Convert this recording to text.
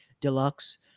Deluxe